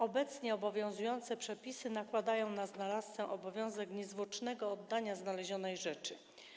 Obecnie obowiązujące przepisy nakładają na znalazcę obowiązek niezwłocznego oddania znalezionej rzeczy.